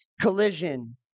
collision